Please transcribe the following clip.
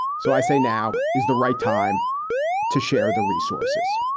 so i say now is the right time to share the resources